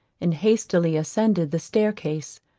and hastily ascended the stair case.